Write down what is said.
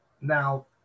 Now